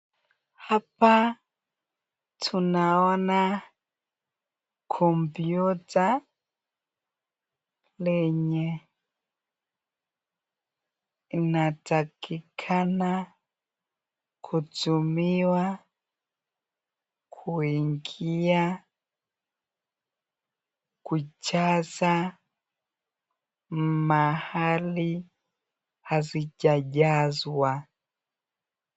Hapa tunaona kompyuta lenye inatakikana kutumiwa kuingia kujaza mahali hazijajazwa.